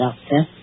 Doctor